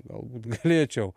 galbūt galėčiau